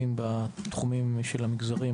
הם מתייחסים לזה במלוא כובד האחריות,